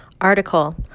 Article